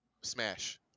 smash